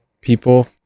people